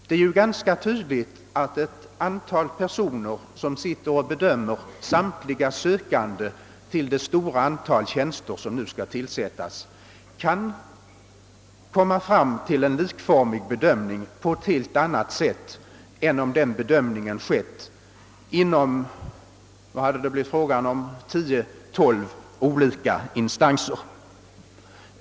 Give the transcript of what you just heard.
Det är ju ganska tydligt att ett antal personer, som sitter och bedömer samtliga sökande till det stora antal tjänster som skall tillsättas, på ett helt annat sätt kan komma fram till en likformig bedömning än om den bedömningen skail ske inom låt mig säga 10—12 olika instanser, såsom det eljest skulle bli fråga om.